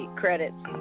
credits